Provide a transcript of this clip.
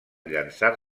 llençar